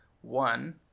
one